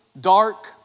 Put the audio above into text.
dark